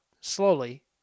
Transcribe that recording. slowly